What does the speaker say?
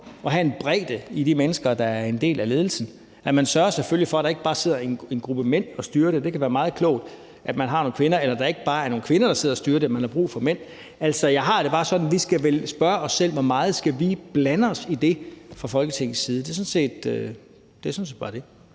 at have en bredde i de mennesker, der er en del af ledelsen. Man sørger selvfølgelig for, at der ikke bare sidder en gruppe mænd og styrer det – det kan være meget klogt, at man har nogle kvinder – eller at det ikke bare er nogle kvinder, der sidder og styrer det, for man har brug for mænd. Altså, jeg har det bare sådan, at vi vel skal spørge os selv, hvor meget vi skal blande os i det fra Folketingets side. Det er sådan set bare det.